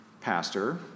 pastor